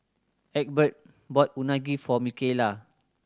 Egbert bought Unagi for Mikayla